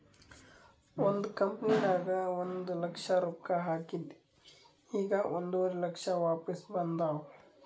ಒಂದ್ ಕಂಪನಿನಾಗ್ ಒಂದ್ ಲಕ್ಷ ರೊಕ್ಕಾ ಹಾಕಿದ್ ಈಗ್ ಒಂದುವರಿ ಲಕ್ಷ ವಾಪಿಸ್ ಬಂದಾವ್